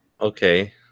Okay